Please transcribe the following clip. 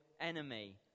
enemy